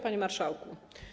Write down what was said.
Panie Marszałku!